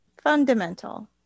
Fundamental